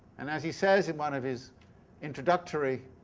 and as he says in one of his introductory